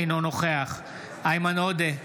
אינו נוכח איימן עודה,